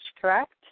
correct